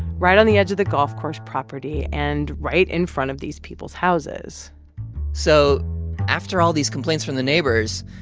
right on the edge of the golf course property and right in front of these people's houses so after all these complaints from the neighbors,